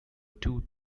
two